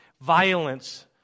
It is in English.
violence